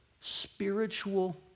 spiritual